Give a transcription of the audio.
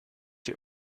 die